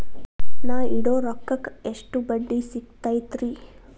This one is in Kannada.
ನಾ ಇಡೋ ರೊಕ್ಕಕ್ ಎಷ್ಟ ಬಡ್ಡಿ ಸಿಕ್ತೈತ್ರಿ?